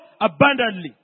abundantly